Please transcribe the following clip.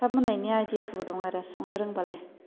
थाब मोननायनि आइदियाफोरबो दङ आरो संनो रोंबालाय